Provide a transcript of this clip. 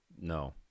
No